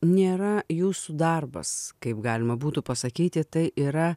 nėra jūsų darbas kaip galima būtų pasakyti tai yra